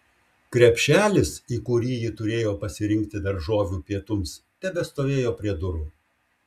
krepšelis į kurį ji turėjo pasirinkti daržovių pietums tebestovėjo prie durų